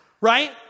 Right